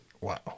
Wow